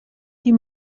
die